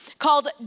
called